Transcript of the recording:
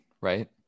right